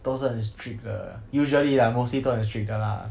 都是很 strict 的 usually lah mostly 都是很 strict 的 lah